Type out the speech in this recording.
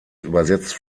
übersetzt